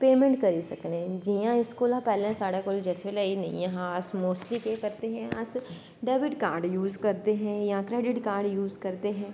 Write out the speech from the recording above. payment करी सकने न जियां इस कोला पैह्लैं साढ़ै कोल जिस बेल्लै एह् नेंई ऐहा अस मोस्टली केह् करदे हे अस डैविड कार्ड़ यूज करदे हे जां क्रैडिट कार्ड़ यूज करदे हे